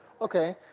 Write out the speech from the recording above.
Okay